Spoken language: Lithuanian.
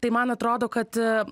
tai man atrodo kad